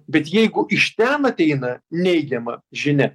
bet jeigu iš ten ateina neigiama žinia